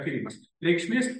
tyrimas reikšmės